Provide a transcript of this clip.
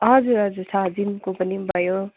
हजुर हजुर छ दिनको पनि भयो